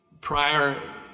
prior